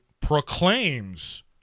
proclaims